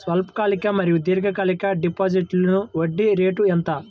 స్వల్పకాలిక మరియు దీర్ఘకాలిక డిపోజిట్స్లో వడ్డీ రేటు ఎంత?